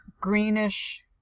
greenish